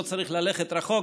לא צריך ללכת רחוק,